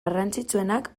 garrantzitsuenak